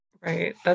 Right